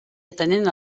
atenent